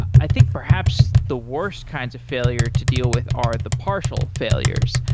i think perhaps the worst kinds of failure to deal with are the partial failures.